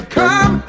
come